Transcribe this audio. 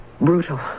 Brutal